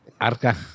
arca